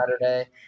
Saturday